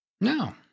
No